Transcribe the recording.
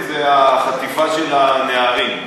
זה החטיפה של הנערים,